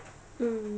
mm